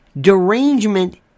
derangement